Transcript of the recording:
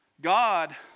God